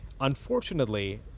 Unfortunately